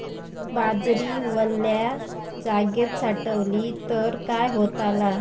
बाजरी वल्या जागेत साठवली तर काय होताला?